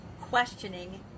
questioning